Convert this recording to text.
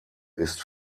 ist